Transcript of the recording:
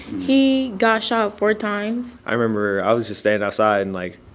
he got shot four times i remember i was just standing outside, and, like,